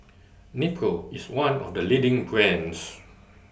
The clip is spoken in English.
Nepro IS one of The leading brands